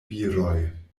viroj